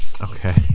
Okay